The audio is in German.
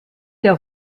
der